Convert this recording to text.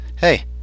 Hey